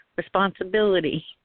responsibility